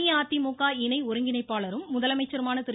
அஇஅதிமுக இணை ஒருங்கிணைப்பாளரும் முதலமைச்சருமான திரு